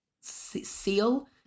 seal